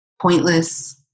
pointless